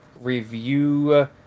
review